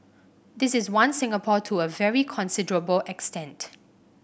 this is one Singapore to a very considerable extent